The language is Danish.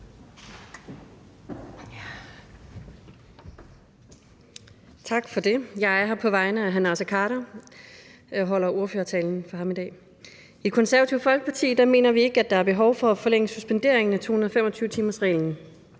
Tak for det. Jeg er her på vegne af hr. Naser Khader, og jeg holder ordførertalen for ham i dag. I Det Konservative Folkeparti mener vi ikke, at der er behov for at forlænge suspenderingen af 225-timersreglen.